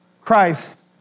Christ